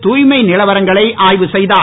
தூய்மை நிலவரங்களை ஆய்வு செய்தார்